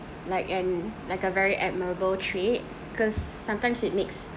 like an like a very admirable trait cause sometimes it makes